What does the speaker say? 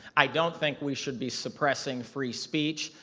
i don't think we should be suppressing free speech.